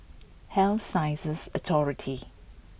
Health Sciences Authority